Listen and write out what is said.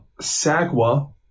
Sagwa